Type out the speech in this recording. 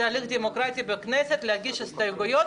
זה הליך דמוקרטי בכנסת להגיש הסתייגויות,